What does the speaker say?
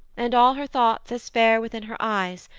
and all her thoughts as fair within her eyes,